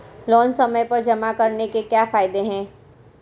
Loan समय पर जमा कराने के क्या फायदे हैं?